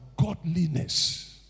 Godliness